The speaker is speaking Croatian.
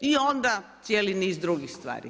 I onda cijeli niz drugih stvari.